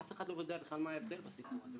אף אחד לא יודע מה ההבדל בסיפור הזה.